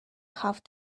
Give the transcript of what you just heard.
have